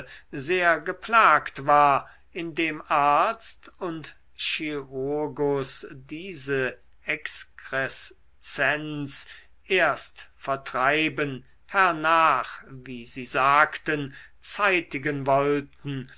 sehr geplagt war indem arzt und chirurgus diese exkreszenz erst vertreiben hernach wie sie sagten zeitigen wollten